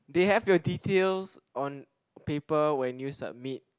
they have your details on paper when you submit